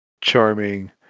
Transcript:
charming